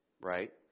right